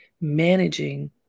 managing